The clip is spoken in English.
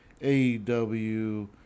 AEW